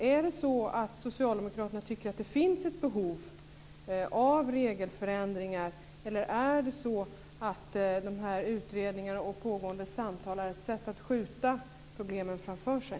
Är det så att socialdemokraterna tycker att det finns ett behov av regelförändringar, eller är det så att de här utredningarna och pågående samtalen är ett sätt att skjuta problemen framför sig?